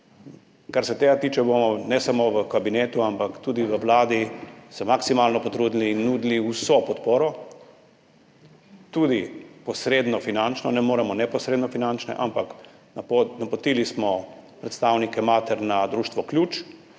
Kar se tega tiče, se bomo ne samo v kabinetu, ampak tudi v vladi maksimalno potrudili in nudili vso podporo, tudi posredno finančno, ne moremo neposredno finančno, ampak napotili smo predstavnike mater na Društvo Ključ.